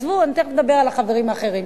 עזבו, תיכף נדבר על החברים האחרים.